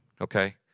Okay